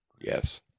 Yes